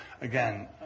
Again